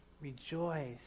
rejoice